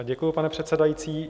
Děkuji, pane předsedající.